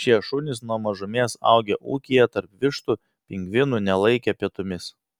šie šunys nuo mažumės augę ūkyje tarp vištų pingvinų nelaikė pietumis